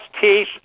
teeth